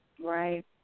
right